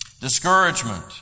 Discouragement